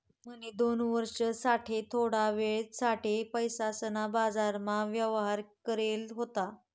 म्हणी दोन वर्ष साठे थोडा वेळ साठे पैसासना बाजारमा व्यवहार करेल होता